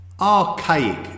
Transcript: Archaic